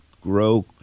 grow